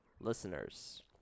listeners